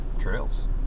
trails